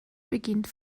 beginnt